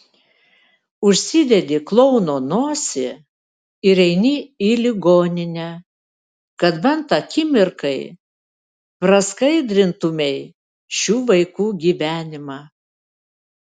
užsidedi klouno nosį ir eini į ligoninę kad bent akimirkai praskaidrintumei šių vaikų gyvenimą